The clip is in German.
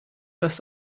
das